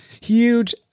Huge